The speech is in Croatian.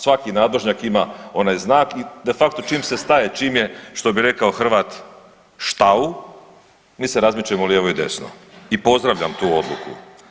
Svaki nadvožnjak ima onaj znak i de facto čim se staje, čim je što bi rekao Hrvat štau mi se razmičemo lijevo i desno i pozdravljam tu odluku.